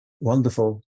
wonderful